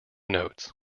notes